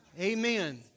Amen